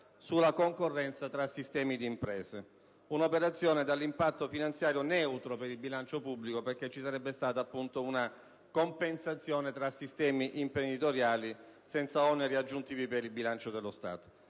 sulla concorrenza tra sistemi di imprese. Un'operazione dall'impatto finanziario neutro per il bilancio pubblico, perché ci sarebbe stata, appunto, una compensazione tra sistemi imprenditoriali, senza oneri aggiuntivi per il bilancio dello Stato.